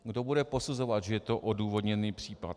Kdo bude posuzovat, že je to odůvodněný případ?